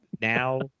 now